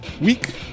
week